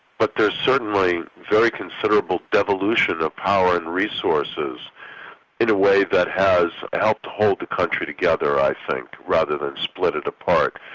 but there's certainly very considerable devolution of power and resources in a way that has helped hold the country together, i think, rather than split it apart.